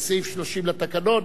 בסעיף 30 לתקנון,